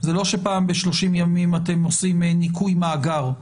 זה לא שפעם ב-30 ימים אתם עושים ניקוי מאגר,